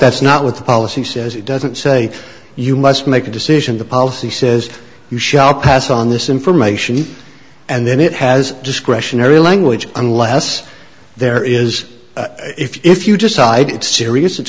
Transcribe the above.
that's not what the policy says it doesn't say you must make a decision the policy says you shall pass on this information and then it has discretionary language unless there is if you decide it's serious it's